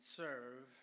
serve